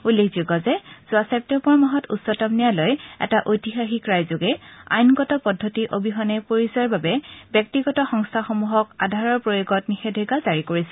উল্লেখযোগ্য যে যোৱা ছেপ্তেম্বৰ মাহত উচ্চতম ন্যায়ালয়ে এটা ঐতিহাসিক ৰায় যোগে আইনগত পদ্ধতি অবিহনে পৰিচয়ৰ বাবে ব্যক্তিগত সংস্থাসমূহক আধাৰৰ প্ৰয়োগত নিযেধাজ্ঞা জাৰি কৰিছিল